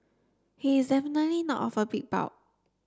he is definitely not of a big bulk